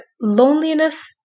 loneliness